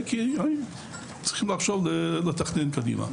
צריך לתכנן קדימה.